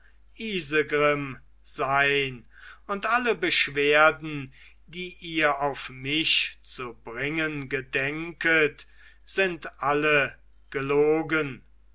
isegrim sein und alle beschwerden die ihr auf mich zu bringen gedenket sind alle gelogen